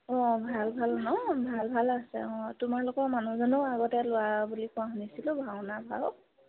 অঁ ভাল ভাল ন ভাল ভাল আছে অঁ তোমালোকৰ মানুহজনো আগতে লোৱা বুলি কোৱা শুনিছিলোঁ ভাওনা ভাও